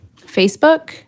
Facebook